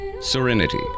Serenity